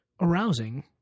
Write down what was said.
arousing